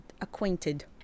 acquainted